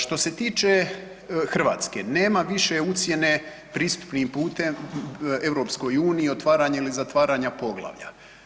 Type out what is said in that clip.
Što se tiče Hrvatske nema više ucjene pristupnim putem EU otvaranja ili zatvaranja poglavlja.